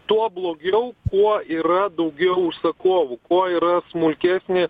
tuo blogiau kuo yra daugiau užsakovų kuo yra smulkesni